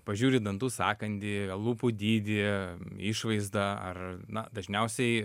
pažiūri dantų sąkandį lūpų dydį išvaizdą ar na dažniausiai